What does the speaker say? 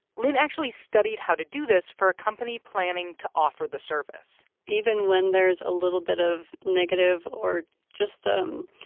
lynne actually studied how to do this for a company planning to offer the service even when there's a little bit of negative or just um